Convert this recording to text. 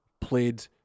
played